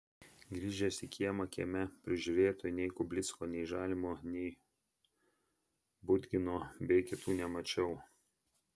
grįžęs į kiemą kieme prižiūrėtojų nei kublicko nei žalimo nei budgino bei kitų nemačiau